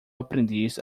aprendiz